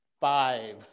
five